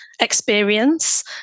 experience